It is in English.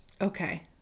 Okay